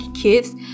kids